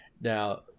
now